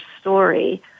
story